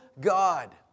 God